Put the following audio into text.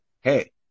hey